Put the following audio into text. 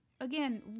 again